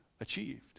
achieved